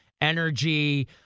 energy